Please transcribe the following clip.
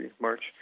March